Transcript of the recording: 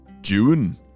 June